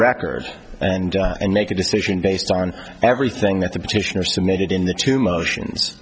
record and and make a decision based on everything that the petitioner submitted in the two motions